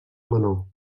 menor